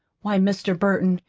why, mr. burton,